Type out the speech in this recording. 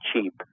cheap